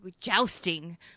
jousting